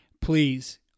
please